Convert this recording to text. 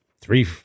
Three